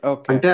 Okay